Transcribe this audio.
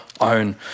own